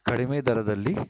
ಕಡಿಮೆ ದರದಲ್ಲಿ